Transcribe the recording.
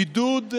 בידוד,